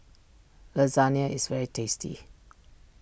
Lasagne is very tasty